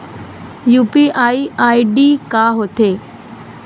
UPI ID का होथे?